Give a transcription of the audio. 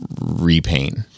repaint